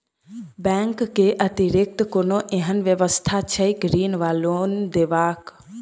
Bank केँ अतिरिक्त कोनो एहन व्यवस्था छैक ऋण वा लोनदेवाक?